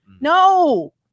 No